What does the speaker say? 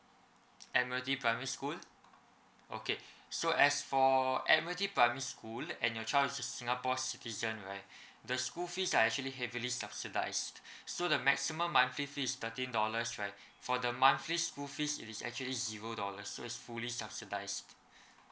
admiralty primary school okay so as for admiralty primary school and your child is a singapore citizen right the school fees are actually heavily subsidised so the maximum monthly fee is thirteen dollars right for the monthly school fees it is actually zero dollars so it's fully subsidized